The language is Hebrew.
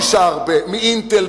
מ"אינטל",